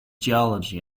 geology